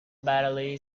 barely